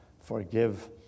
forgive